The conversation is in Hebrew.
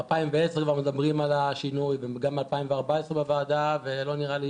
מ-2010 כבר מדברים על השינוי וכבר ב-2014 בוועדה ולא נראה לי